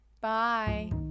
Bye